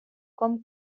com